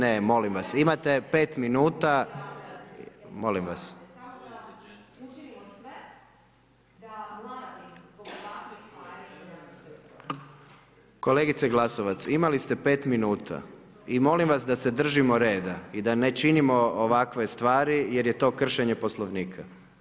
Ne bude, ne molim vas, imate 5 minuta, molim vas. … [[Upadica se ne čuje.]] Kolegice Glasovac, imali ste 5 minuta i molim vas da se držimo reda i da ne činimo ovakve stvari jer je to kršenje Poslovnika.